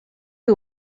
who